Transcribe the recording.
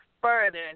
further